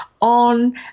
on